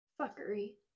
Fuckery